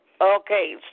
Okay